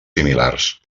similars